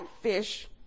fish